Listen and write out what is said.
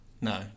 No